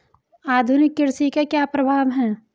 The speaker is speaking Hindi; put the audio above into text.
आधुनिक कृषि के क्या प्रभाव हैं?